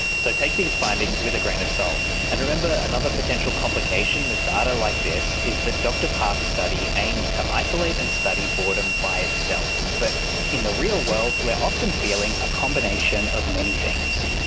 so take these findings with a grain of salt. and remember another potential complication with data like this is that dr park's study aims to isolate and study boredom by itself. but in the real world we're often feeling a combination of many things.